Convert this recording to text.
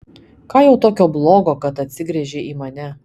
ką jau tokio blogo kad atsigręžei į mane